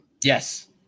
Yes